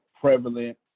prevalent